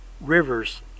Rivers